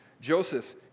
Joseph